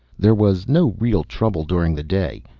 there was no real trouble during the day.